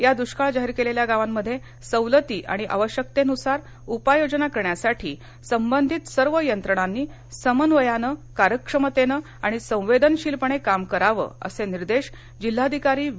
या दुष्काळ जाहीर केलेल्या गावांमध्ये सवलती आणि आवश्यकतेनुसार उपाययोजना करण्यासाठी संबंधित सर्व यंत्रणांनी समन्वयाने कार्यक्षमतेने आणि संवेदनशीलपणे काम करावे असे निर्देश जिल्हाधिकारी वि